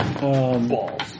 Balls